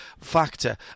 factor